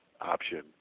option